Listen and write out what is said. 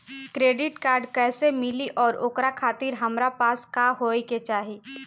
Credit card कैसे मिली और ओकरा खातिर हमरा पास का होए के चाहि?